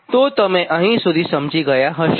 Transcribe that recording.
તો તમે અહીં સુધી સમજી ગયા હશો